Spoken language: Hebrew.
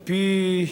על-פי הדוח,